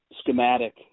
schematic